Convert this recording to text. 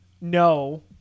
no